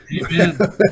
Amen